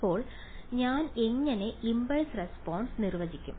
ഇപ്പോൾ ഞാൻ എങ്ങനെ ഇംപൾസ് റെസ്പോൺസ് നിർവചിക്കും